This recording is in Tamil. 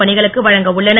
பணிகளுக்கு வழங்க உள்ளனர்